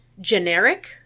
generic